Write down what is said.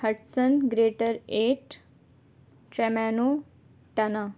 Hutson greater ایٹ ٹریمانوٹنا